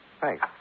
Thanks